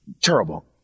terrible